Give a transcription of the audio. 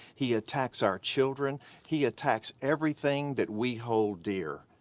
he attacks our children, he attacks everything that we hold dear.